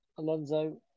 Alonso